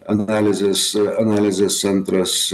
analizės analizės centras